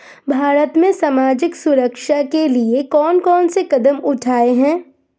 भारत में सामाजिक सुरक्षा के लिए कौन कौन से कदम उठाये हैं?